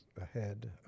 ahead